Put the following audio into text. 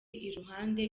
iruhande